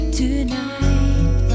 tonight